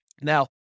Now